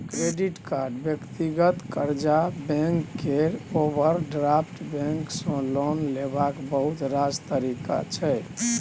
credit card, व्यक्तिगत कर्जा, bank केर ओवरड्राफ्ट बैंक सँ लोन लेबाक बहुत रास तरीका छै